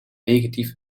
negatief